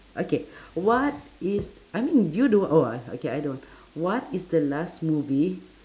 okay what is I mean do you do~ uh okay I don't what is the last movie